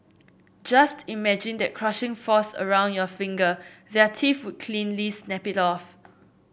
just imagine that crushing force around your finger their teeth would cleanly snap it off